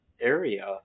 area